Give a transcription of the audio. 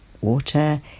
water